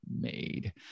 made